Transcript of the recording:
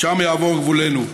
שם יעבור גבולנו".